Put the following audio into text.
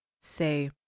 say